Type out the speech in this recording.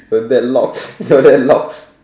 your dad locks your dad locks